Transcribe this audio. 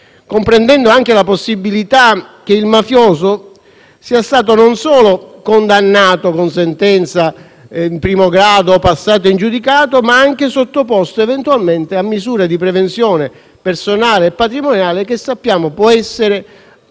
comprendendo anche la possibilità che il mafioso sia stato non solo condannato con sentenza di primo grado o passata in giudicato, ma anche sottoposto eventualmente a misure di prevenzione personale e patrimoniale che sappiamo possono essere irrogate